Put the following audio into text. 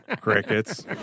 Crickets